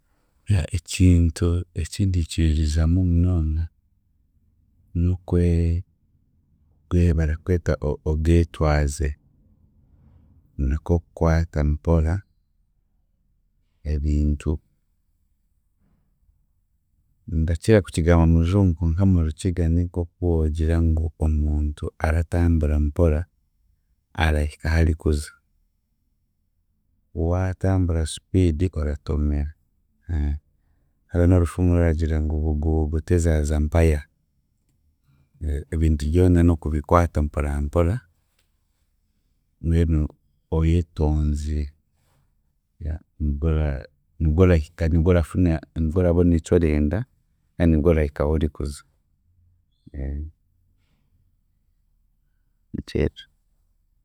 Ekintu eki ndiikiririzaamu munonga, n'okwe barakweta obwetwaze, nikw'okukwata mpora ebintu. Ndakira kukigamba mu Rujungu konka mu Rukiga ni nk'oku woogira ngu omuntu aratambura mpora arahika aharikuza, waatambura speed, oratomera. Hariho n'orufumu ruragira ngu bugubugu tezaaza mpaya. Ebintu byona n'okubikwata mporampora mbwenu oyetonzire ora- nibwe orahika nibwe orafuna, nibwe orabona ekyorenda kandi nibwe orahika ahorikuza, nikyekyo.